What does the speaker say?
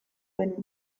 genuen